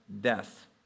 death